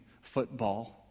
football